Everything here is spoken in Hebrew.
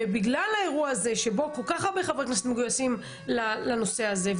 ובגלל האירוע הזה שבו כל כך הרבה חברי כנסת מגויסים לנושא הזה,